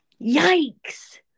Yikes